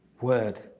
word